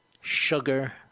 sugar